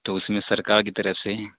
تو اس میں سرکار کی طرف سے